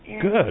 Good